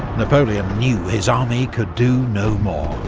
napoleon knew his army could do no more.